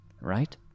right